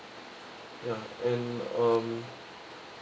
ya and um